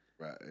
Right